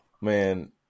man